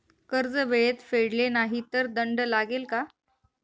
कर्ज वेळेत फेडले नाही तर दंड लागेल का?